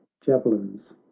javelins